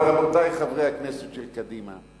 אבל, רבותי חברי הכנסת של קדימה,